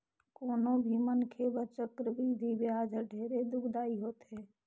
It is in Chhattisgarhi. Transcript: कोनो भी मनखे बर चक्रबृद्धि बियाज हर ढेरे दुखदाई होथे